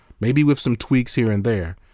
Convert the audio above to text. maybe with some tweaks here and there,